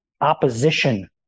opposition